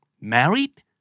Married